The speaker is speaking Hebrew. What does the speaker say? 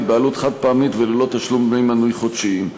בעלות חד-פעמית וללא תשלום דמי מנוי חודשיים.